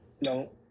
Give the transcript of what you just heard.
No